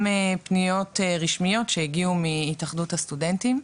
פניות רשמיות שהגיעו מהתאחדות הסטודנטים.